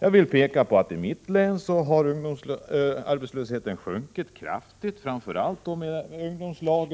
Jag vill peka på att ungdomsarbetslösheten i mitt hemlän har sjunkit kraftigt framför allt för 18-19-åringarna